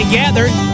gathered